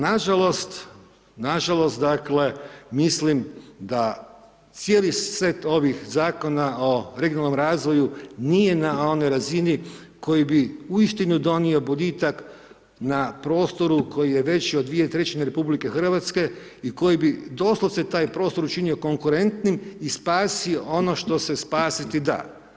Nažalost, nažalost dakle mislim da cijeli set ovih zakona o regionalnom razvoju nije na onoj razini koji bi uistinu dobio dobitak na prostoru koji je veći od dvije trećine RH i koji bi doslovce taj prostor učinio konkurentnim i spasio ono što se spasiti da.